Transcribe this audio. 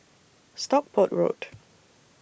Stockport Road